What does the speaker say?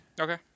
Okay